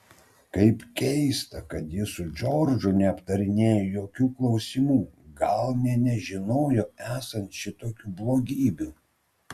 kaip keista kad ji su džordžu neaptarinėjo tokių klausimų gal nė nežinojo esant šitokių blogybių